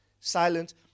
silent